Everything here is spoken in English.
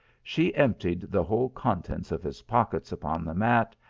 she emptied the whole contents of his pockets upon the mat,